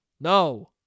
No